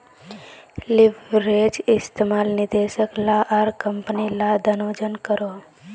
leverage इस्तेमाल निवेशक ला आर कम्पनी ला दनोह जन करोहो